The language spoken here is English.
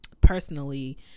personally